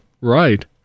Right